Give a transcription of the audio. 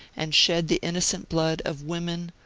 and shed the innocent blood of women,